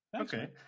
Okay